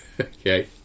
Okay